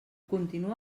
continua